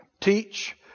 teach